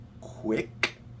quick